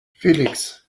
felix